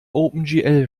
opengl